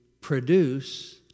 produce